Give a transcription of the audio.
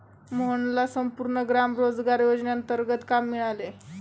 मोहनला संपूर्ण ग्राम रोजगार योजनेंतर्गत काम मिळाले